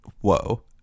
whoa